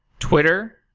twitter,